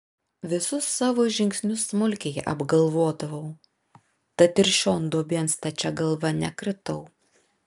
visus savo žingsnius smulkiai apgalvodavau tad ir šion duobėn stačia galva nekritau